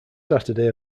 saturday